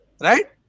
right